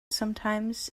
sometimes